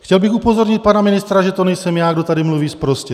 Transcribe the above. Chtěl bych upozornit pana ministra, že to nejsem já, kdo tady mluví sprostě.